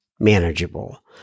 manageable